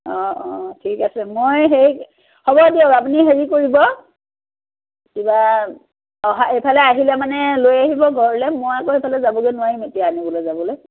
অঁ অঁ ঠিক আছে মই সেই হ'ব দিয়ক আপুনি হেৰি কৰিব কিবা অহা এইফালে আহিলে মানে লৈ আহিব ঘৰলে মই আকৌ সেইফালে যাবগৈ নোৱাৰিম এতিয়া আনিবলৈ যাবলৈ